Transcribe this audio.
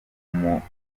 umunota